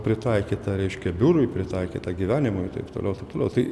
pritaikyta reiškia biurui pritaikyta gyvenimui taip toliau taip toliau tai